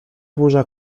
burza